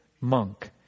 monk